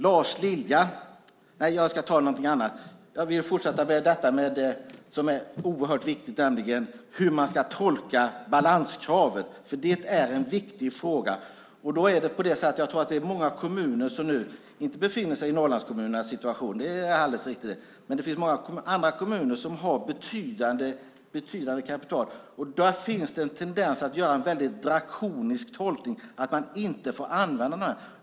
Jag vill fortsätta med en fråga som är oerhört viktig, nämligen hur man ska tolka balanskravet. Det är en viktig fråga. Jag tror att det är många kommuner som inte befinner sig i Norrlandskommunernas situation - det är alldeles riktigt - men de har betydande kapital. Där finns det en tendens att göra en väldigt drakonisk tolkning, att man inte får använda de pengarna.